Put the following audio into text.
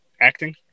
acting